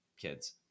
kids